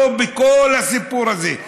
לא כל הסיפור הזה,